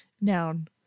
Noun